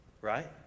Right